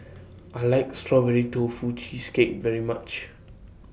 I like Strawberry Tofu Cheesecake very much